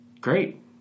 great